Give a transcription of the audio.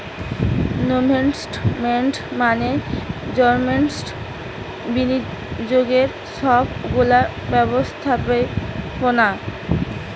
investment management বিনিয়োগের সব গুলা ব্যবস্থাপোনা